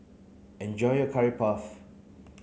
enjoy your curry puff